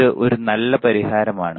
ഇത് ഒരു നല്ല പരിഹാരമാണ്